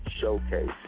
Showcase